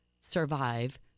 survive